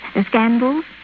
scandals